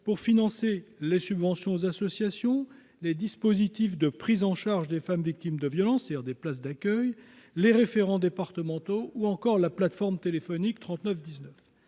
pour financer les subventions aux associations, les dispositifs de prise en charge des femmes victimes de violence, c'est-à-dire des places d'accueil, les référents départementaux, ou encore la plateforme téléphonique 3919.